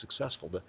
successful